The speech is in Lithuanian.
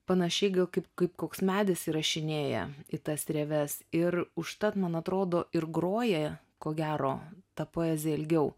panašiai kaip kaip koks medis įrašinėja į tas rieves ir užtat man atrodo ir groja ko gero ta poezija ilgiau